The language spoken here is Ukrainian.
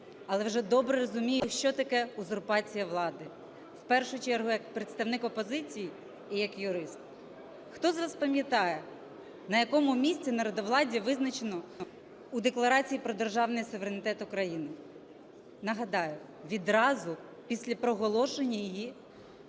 але вже добре розумію, що таке узурпація влади, в першу чергу як представник опозиції і як юрист. Хто з вас пам'ятає, на якому місці народовладдя визначено у Декларації про державний суверенітет України? Нагадаю: відразу після проголошення її